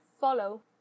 follow